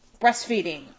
breastfeeding